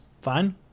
fine